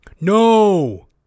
No